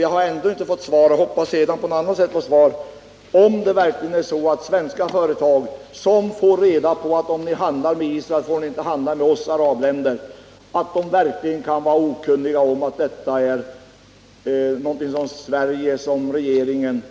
Jag har ännu inte fått svar på frågan — men jag hoppas få det senare på annat sätt —om svenska företag verkligen kan vara okunniga om att regeringen